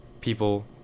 people